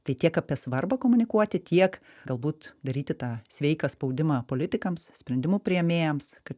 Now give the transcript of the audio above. tai tiek apie svarbą komunikuoti tiek galbūt daryti tą sveiką spaudimą politikams sprendimų priėmėjams kad